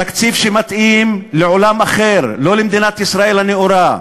תקציב שמתאים לעולם אחר, לא למדינת ישראל הנאורה.